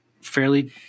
fairly